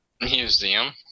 museum